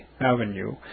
Avenue